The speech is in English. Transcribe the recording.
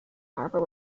harbour